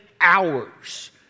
hours